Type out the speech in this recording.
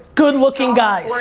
good looking guys!